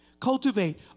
Cultivate